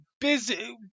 busy